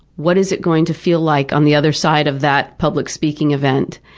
what is it going to feel like on the other side of that public speaking event?